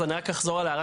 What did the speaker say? אז אני רק אחזור על ההערה,